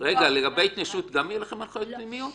לגבי ההתיישנות גם יהיו לכם הנחיות פנימיות?